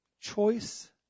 Choice